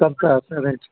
સરકાર કરે છે